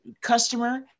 Customer